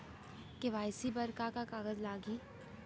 KYC बर का का कागज लागही?